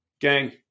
Gang